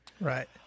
Right